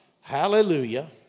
Hallelujah